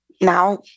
now